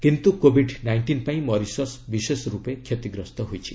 କିନ୍ତୁ covid nineteen ପାଇଁ Mauritius ବିଶେଷ ରୂପେ କ୍ଷତିଗ୍ରସ୍ତ ହୋଇଛି